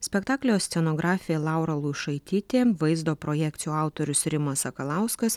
spektaklio scenografė laura lušaitytė vaizdo projekcijų autorius rimas sakalauskas